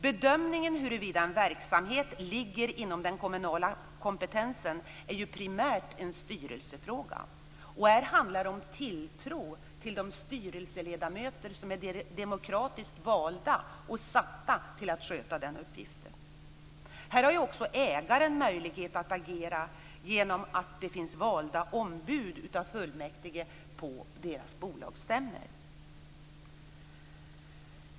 Bedömningen huruvida en verksamhet ligger inom den kommunala kompetensen är ju primärt en styrelsefråga. Här handlar det om tilltro till de styrelseledamöter som är demokratiskt valda och satta till att sköta den uppgiften. Här har också ägaren möjlighet att agera genom att det finns ombud valda av fullmäktige på deras bolagsstämmor.